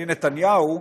והשנייה נתניהו,